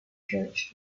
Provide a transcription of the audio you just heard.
church